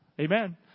Amen